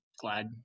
glad